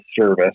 service